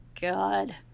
God